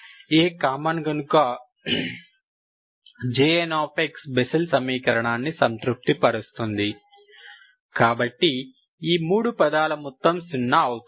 A common కనుక Jnx Bessel సమీకరణాన్ని సంతృప్తిపరుస్తుంది కాబట్టి ఈ 3 పదాల మొత్తం సున్నా అవుతుంది